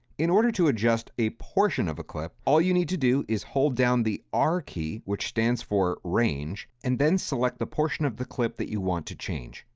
in order to adjust a portion of a clip, all you need to do is hold down the r key, which stands for range and then select the portion of the clip that you want to change.